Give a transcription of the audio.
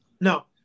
no